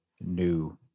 new